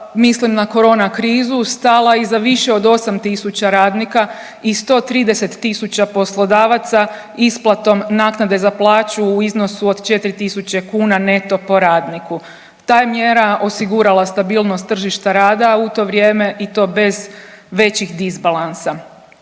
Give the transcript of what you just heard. mislim na korona krizu stala iza više od 8.000 radnika i 130.000 poslodavaca isplatom naknade za plaću u iznosu od 4.000 neto po radniku. Ta je mjera osigurala stabilnost tržišta rada u to vrijeme i to bez većih disbalansa.